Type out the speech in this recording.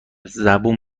زبون